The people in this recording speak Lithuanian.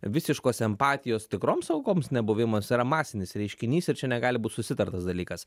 visiškos empatijos tikroms aukoms nebuvimas yra masinis reiškinys ir čia negali būt susitartas dalykas